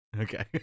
Okay